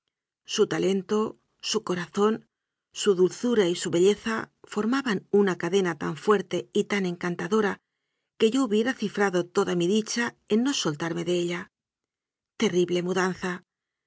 su talento su corazón su dulzura y su belleza formaban una cadena tan fuerte y tan encantadora que yo hubiera cifrado toda mi dicha en no soltarme de ella terrible mudanza